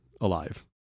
alive